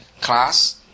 class